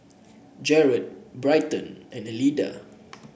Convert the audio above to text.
Jerad Bryton and Elida